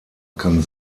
kann